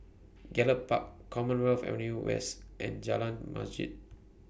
Gallop Park Commonwealth Avenue West and Jalan Masjid